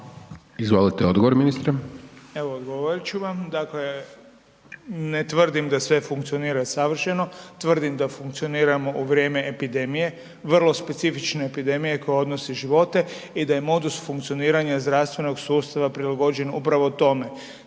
Izvolite odgovor ministre.